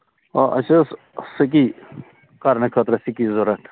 آ اَسہِ ٲسۍ سَکہِ کَرنہٕ خٲطرٕ سِکہِ ضروٗرت